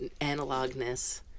analogness